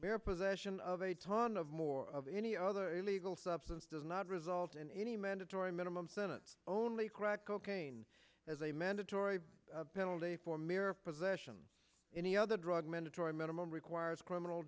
mere possession of a ton of more of any other illegal substance does not result in any mandatory minimum sentence only crack cocaine as a mandatory penalty for mere possession any other drug mandatory minimum requires criminal